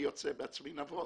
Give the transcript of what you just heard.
אני יוצא בעצמי נבוך.